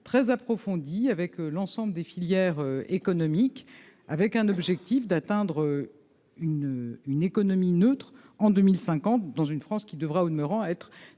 très approfondi avec l'ensemble des filières économiques avec un objectif d'atteindre une une économie neutre en 2050, dans une France qui devra, au demeurant à être neutre